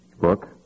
book